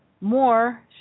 more